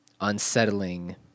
unsettling